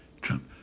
Trump